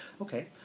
Okay